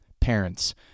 parents